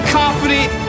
confident